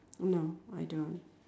no I don't